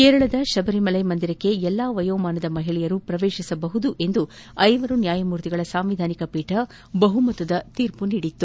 ಕೇರಳದ ಶಬರಿಮಲೆ ಮಂದಿರಕ್ಷೆ ಎಲ್ಲಾ ವಯೋಮಾನದ ಮಹಿಳೆಯರು ಪ್ರವೇಶಿಸಬಹುದಾಗಿದೆ ಎಂದು ಐವರು ನ್ಯಾಯಮೂರ್ತಿಗಳ ಸಂವಿಧಾನಿಕ ಪೀಠ ಬಹುಮತದ ತೀರ್ಮ ನೀಡಿತ್ತು